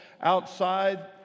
outside